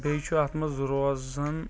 بیٚیہِ چُھ اَتھ منٛز روزان